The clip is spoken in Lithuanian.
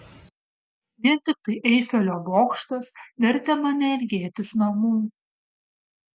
vien tiktai eifelio bokštas vertė mane ilgėtis namų